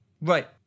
Right